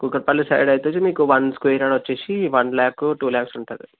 Kukatpally side అయితే వచ్చి one square yard వచ్చేసి వన్ ల్యాక్ టూ ల్యాక్స్ ఉంటుంది